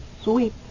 sweet